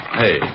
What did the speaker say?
hey